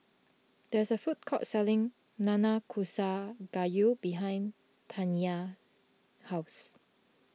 there is a food court selling Nanakusa Gayu behind Taniyah's house